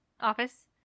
office